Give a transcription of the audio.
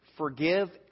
Forgive